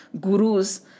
gurus